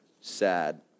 sad